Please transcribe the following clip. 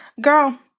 Girl